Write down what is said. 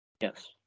Yes